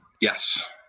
yes